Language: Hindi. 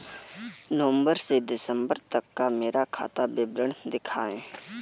नवंबर से दिसंबर तक का मेरा खाता विवरण दिखाएं?